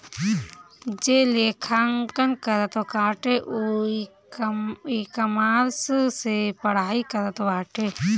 जे लेखांकन करत बाटे उ इकामर्स से पढ़ाई करत बाटे